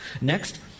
Next